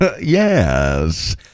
Yes